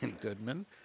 Goodman